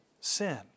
sin